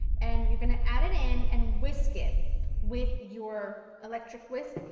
and you're going to add it in and whisk it with your electric whisk.